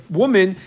woman